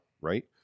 Right